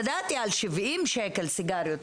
ידעתי על 70 שקלים סיגריות,